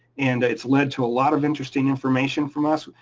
and it's led to a lot of interesting information from us.